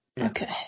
Okay